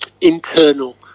internal